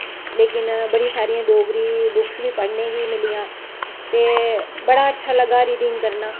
लेकिन बड़ियां सारियां बुक्स डोगरी दियां पढ़नें गी मिलियां ते बड़ा अच्छा लग्गा रिड़िंग करनां